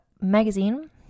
magazine